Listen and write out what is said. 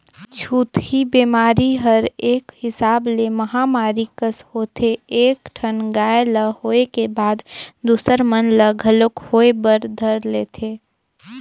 छूतही बेमारी हर एक हिसाब ले महामारी कस होथे एक ठन गाय ल होय के बाद दूसर मन ल घलोक होय बर धर लेथे